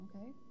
okay